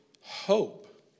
hope